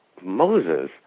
Moses